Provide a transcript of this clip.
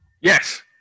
yes